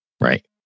Right